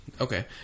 Okay